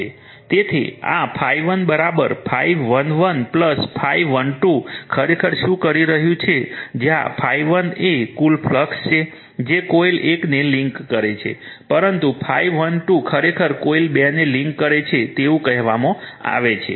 તેથી આ ∅1 ∅11 ∅12 ખરેખર શું કરી રહ્યું છે જ્યાં ∅1 એ કુલ ફ્લક્સ છે જે કોઇલ 1ને લિંક કરે છે પરંતુ ∅12 ખરેખર કોઇલ 2 ને લિંક કરે છે તેવું કહેવામાં આવે છે